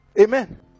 amen